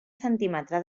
centímetre